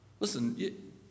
Listen